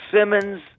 Simmons